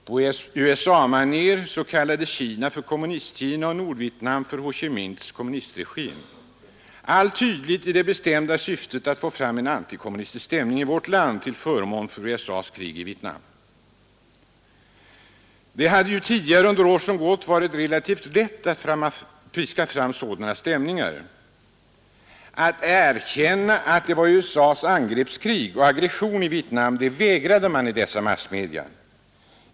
På USA-maner kallades Kina för ”Kommunistkina” och Nordvietnam för ”Ho Chi Minhs kommunistregim” — allt tydligen i det betämda syftet att få fram en antikommunistisk stämning i vårt land till förmån för USA:s krig i Vietnam. Det hade ju tidigare under år som gått varit relativt lätt att piska fram sådana stämningar. Att erkänna att det var USA:s angreppskrig och aggression i Vietnam vägrade man i dessa massmedia.